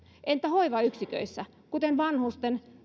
entä hoivayksiköissä kuten vanhusten